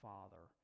Father